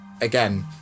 again